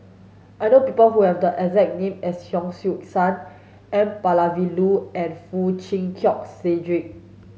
I know people who have the exact name as Hon Sui Sen N Palanivelu and Foo Chee Keng Cedric